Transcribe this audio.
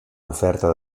oferta